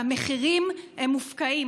והמחירים מופקעים.